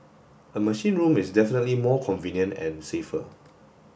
a machine room is definitely more convenient and safer